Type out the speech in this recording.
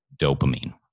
dopamine